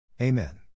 Amen